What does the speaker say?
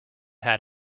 had